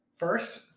First